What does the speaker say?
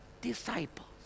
Disciples